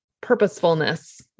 purposefulness